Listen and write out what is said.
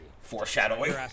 Foreshadowing